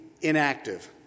inactive